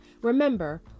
Remember